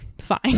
fine